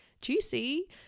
juicy